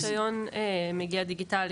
גם הרישיון מגיע דיגיטלי,